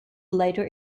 lighter